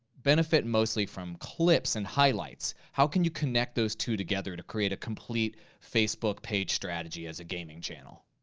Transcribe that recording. benefit mostly from clips and highlights. how can you connect those two together to create a complete facebook page strategy as a gaming channel?